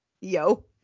Yo